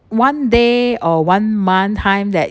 one day or one month time that